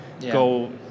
go